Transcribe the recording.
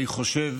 אני חושב